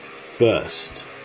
First